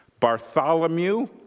Bartholomew